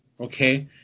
Okay